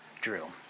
drew